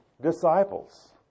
disciples